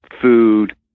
food